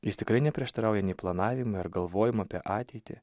jis tikrai neprieštarauja nei planavime ar galvojimo apie ateitį